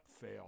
fail